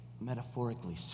metaphorically